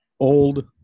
old